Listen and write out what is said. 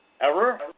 error